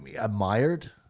admired